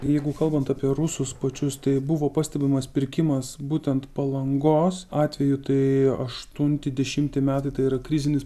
jeigu kalbant apie rusus pačius tai buvo pastebimas pirkimas būtent palangos atveju tai aštunti dešimti metai tai yra krizinis